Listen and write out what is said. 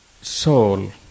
soul